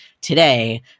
today